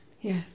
Yes